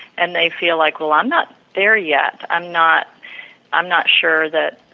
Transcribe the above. and they feel like, well, i'm not there yet, i'm not i'm not sure that